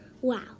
Wow